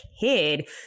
kid